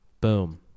boom